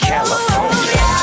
California